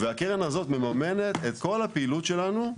והקרן הזאת מממנת את כל הפעילות שלנו,